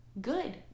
good